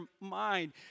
mind